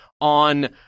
on